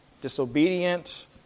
disobedient